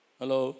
Hello